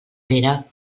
pere